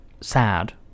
sad